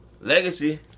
Legacy